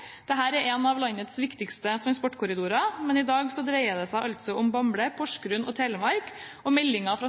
er en av landets viktigste transportkorridorer. Men i dag dreier det seg om Bamble, Porsgrunn og Telemark, og meldingen fra